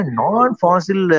non-fossil